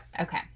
okay